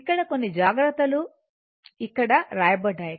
ఇక్కడ కొన్ని జాగ్రత్తలు ఇక్కడ వ్రాయబడ్డాయి